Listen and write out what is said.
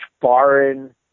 foreign